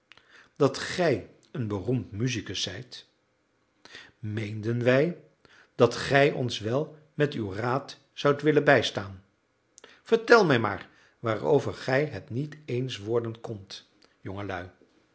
dat gij een beroemd musicus zijt meenden wij dat gij ons wel met uw raad zoudt willen bijstaan vertel mij maar waarover gij het niet eens worden kondt jongelui